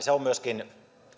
se on myöskin